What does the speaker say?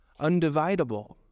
undividable